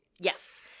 Yes